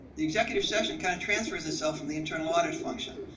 the executive session kind of transfers itself from the internal audit function.